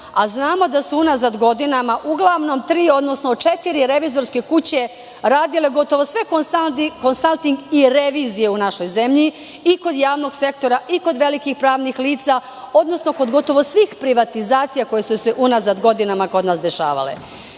a znamo da su unazad godinama uglavnom tri, odnosno četiri revizorske kuće radile gotovo sve konsalting i revizije u našoj zemlji i kod javnog sektora i kod velikih pravnih lica, odnosno kod gotovo svih privatizacija koje su se unazad godinama kod nas dešavale.